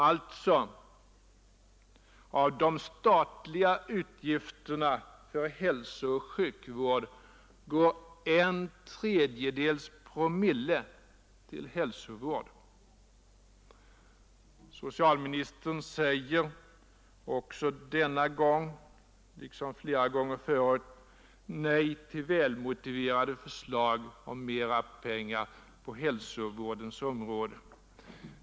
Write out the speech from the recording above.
Alltså: av de statliga utgifterna för hälsooch sjukvård går bara en tredjedels promille till hälsovård! Socialministern säger också denna gång, liksom flera gånger förut, nej till välmotiverade förslag om mera pengar på hälsovårdens område.